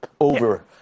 over